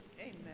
Amen